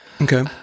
Okay